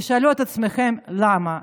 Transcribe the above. תשאלו את עצמכם למה,